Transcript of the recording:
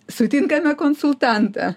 sutinkame konsultantą